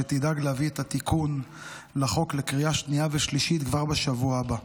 שתדאג להביא את התיקון לחוק לקריאה השנייה והשלישית כבר בשבוע הבא.